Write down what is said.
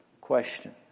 question